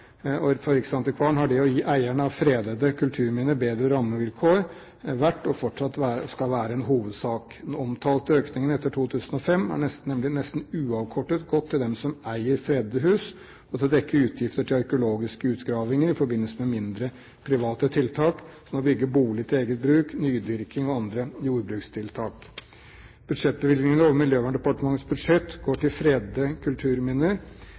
Og for riksantikvaren har det å gi eieren av fredede kulturminner bedre rammevilkår vært – og skal fortsatt være – en hovedsak. Den omtalte økningen etter 2005 har nemlig nesten uavkortet gått til dem som eier fredede hus, og til å dekke utgifter til arkeologiske utgravinger i forbindelse med mindre, private tiltak, som å bygge bolig til eget bruk, nydyrking og andre jordbrukstiltak. Budsjettbevilgningene over Miljøverndepartementets budsjett går til fredede kulturminner.